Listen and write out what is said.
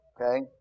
Okay